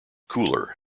cooler